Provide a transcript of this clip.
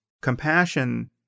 compassion